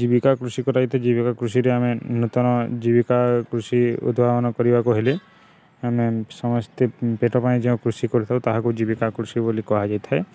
ଜୀବିକା କୃଷି କରାଯାଇ ଥାଏ ଜୀବିକା କୃଷିରେ ଆମେ ନୂତନ ଜୀବିକା କୃଷି ଉଦ୍ଭାବନ କରିବାକୁ ହେଲେ ଆମେ ସମସ୍ତେ ପେଟ ପାଇଁ ଯେଉଁ କୃଷି କରିଥାଉ ତାହାକୁ ଜୀବିକା କୃଷି ବୋଲି କୁହାଯାଇଥାଏ